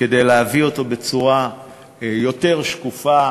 כדי להביא אותו בצורה יותר שקופה